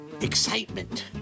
Excitement